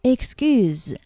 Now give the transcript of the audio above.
Excuse